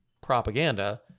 propaganda